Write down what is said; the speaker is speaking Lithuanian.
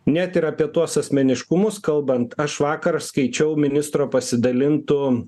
net ir apie tuos asmeniškumus kalbant aš vakar skaičiau ministro pasidalintu